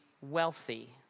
wealthy